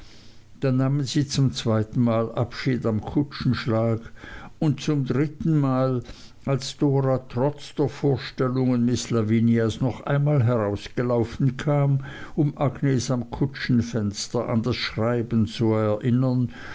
dann nahmen sie zum zweiten mal abschied am kutschenschlag und zum dritten mal als dora trotz der vorstellungen miß lavinias noch einmal herausgelaufen kam um agnes am kutschenfenster an das schreiben zu erinnern